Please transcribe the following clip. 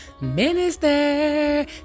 Minister